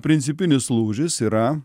principinis lūžis yra